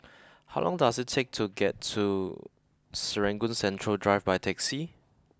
how long does it take to get to Serangoon Central Drive by taxi